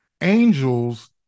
Angels